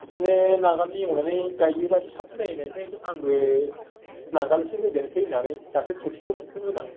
बिदिनो नांगोलनि एवनानै गाइयोबा साबसिन जायो होन्नायखाय आंबो नांगोल एसे होदेरनोसै होन्नानै दाखालै खेबसेल' ट्रेकटर होदां